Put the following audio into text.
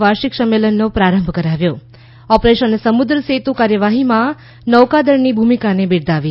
વાર્ષિક સંમેલનનો પ્રારંભ કરાવ્યો ઓપરેશન સમુદ્ર સેતુ કાર્યવાહીમાં નૌકાદળની ભૂમિકાને બિરદાવી